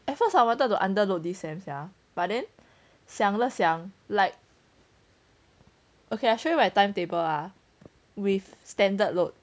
at first I wanted to underload this same sia but then 想了想 like okay I show you my timetable ah with standard load